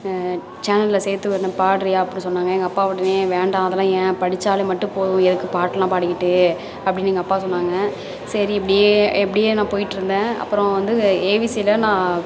சேனலில் சேர்த்து விடுறேன் பாடுறியா அப்புடினு சொன்னாங்க எங்கள் அப்பா உடனே வேண்டாம் அதெலாம் ஏன் படித்தாலும் மட்டும் போதும் எதுக்கு பாட்டெலாம் பாடிக்கிட்டு அப்படினு எங்கள் அப்பா சொன்னாங்க சரி இப்படியே எப்படியே நான் போயிட்டிருந்தேன் அப்புறம் வந்து ஏவிசியில் நான்